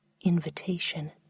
invitation